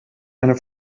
eine